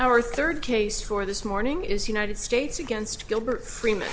our third case for this morning is united states against gilbert freeman